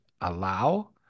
allow